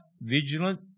vigilant